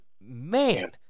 man